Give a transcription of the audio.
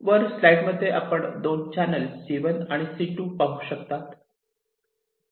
वर स्लाईड मध्ये आपण 2 चॅनल C1 आणि C2 पाहू शकता